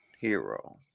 Hero